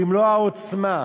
במלוא העוצמה,